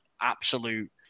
absolute